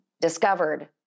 discovered